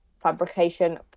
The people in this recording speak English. fabrication